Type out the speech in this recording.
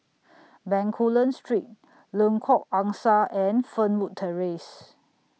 Bencoolen Street Lengkok Angsa and Fernwood Terrace